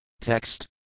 Text